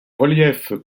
reliefs